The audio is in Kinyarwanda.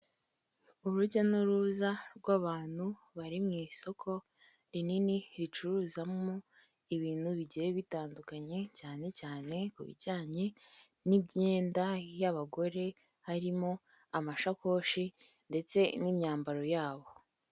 Urujya n'uruza rw'abantu bari mu isoko rinini, ricuruzamo ibintu bigiye bitandukanye cyane cyane ku bijyanye n'imyenda y'abagore, harimo amashakoshi ndetse n'imyambaro yabo.